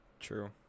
True